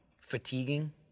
fatiguing